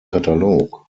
katalog